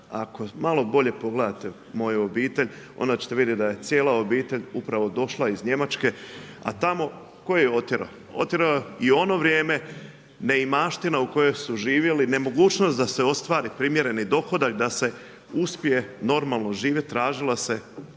Ako malo bolje pogledate moju obitelj, onda ćete vidjeti da je cijela obitelj upravo došla iz Njemačke, a tamo tko ju je otjerao? Otjerala ju je u ono vrijeme neimaština u kojoj su živjeli, nemogućnost da se ostvari primjereni dohodak, da se uspije normalno živjeti, tražilo se